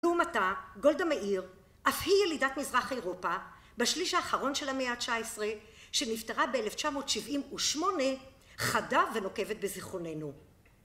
לעומתה, גולדה מאיר, אף היא ילידת מזרח אירופה, בשליש האחרון של המאה התשע עשרה, שנפטרה באלף תשע מאות שבעים ושמונה, חדה ונוקבת בזיכרוננו.